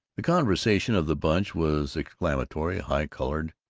the conversation of the bunch was exclamatory, high-colored,